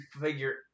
figure